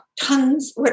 tons